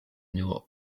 new